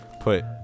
put